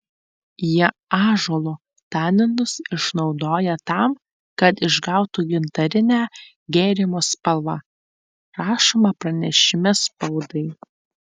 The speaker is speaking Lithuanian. jie ąžuolo taninus išnaudoja tam kad išgautų gintarinę gėrimo spalvą rašoma pranešime spaudai